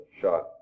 shot